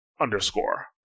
underscore